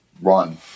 run